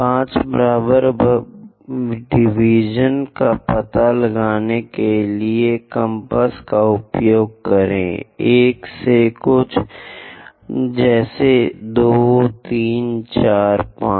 5 बराबर डिवीजनों का पता लगाने के लिए कम्पास का उपयोग करें 1 से कुछ जैसे 2 3 4 5